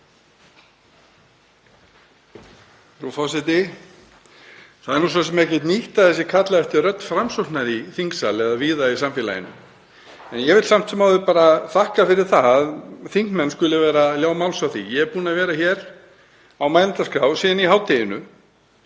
Það er svo sem ekkert nýtt að það sé kallað eftir rödd Framsóknar í þingsal eða víða í samfélaginu. Ég vil samt sem áður bara þakka fyrir það að þingmenn skuli ljá máls á því. Ég er búinn að vera hér á mælendaskrá síðan í hádeginu